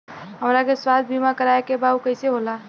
हमरा के स्वास्थ्य बीमा कराए के बा उ कईसे होला?